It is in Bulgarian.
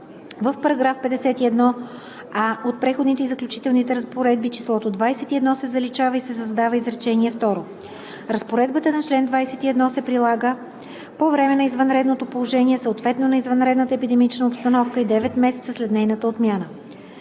в § 51а от преходните и заключителните разпоредби числото „21“ се заличава и се създава изречение второ: „Разпоредбата на чл. 21 се прилага по време на извънредното положение, съответно на извънредната епидемична обстановка и 9 месеца след нейната отмяна.